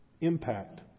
impact